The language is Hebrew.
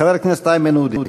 חבר הכנסת איימן עודה.